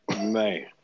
Man